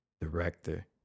director